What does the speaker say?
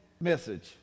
message